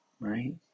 Right